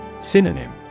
Synonym